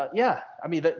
yeah, i mean,